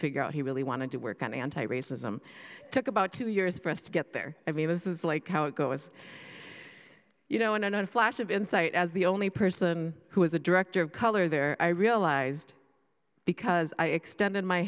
figure out he really wanted to work on anti racism took about two years for us to get there i mean this is like how it goes you know and i know a flash of insight as the only person who is a director of color there i realized because i extended my